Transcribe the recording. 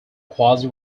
quasi